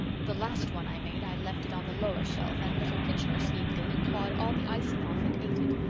the last one i made i left it on the lower shelf and little kitchener sneaked in and clawed all the icing off and ate it.